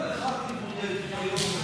מפריע לך, תתמודד.